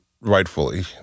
rightfully